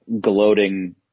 gloating